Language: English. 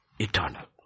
Eternal